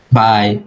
bye